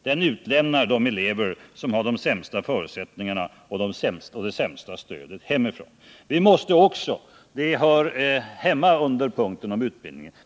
Den utlämnar de elever som har de sämsta förutsättningarna och det sämsta stödet hemifrån.